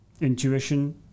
Intuition